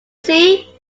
see